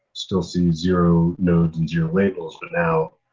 still see zero nodes and zero labels, but now,